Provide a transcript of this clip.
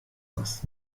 das